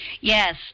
Yes